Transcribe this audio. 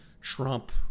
Trump